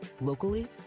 locally